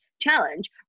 challenge